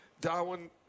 Darwin